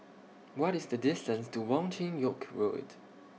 What IS The distance to Wong Chin Yoke Road